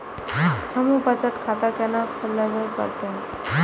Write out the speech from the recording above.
हमू बचत खाता केना खुलाबे परतें?